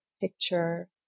picture